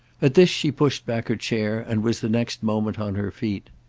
at this she pushed back her chair and was the next moment on her feet.